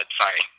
sorry